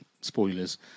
Spoilers